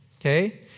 okay